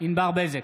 ענבר בזק,